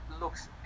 looks